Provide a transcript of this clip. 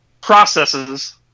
processes